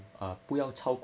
hmm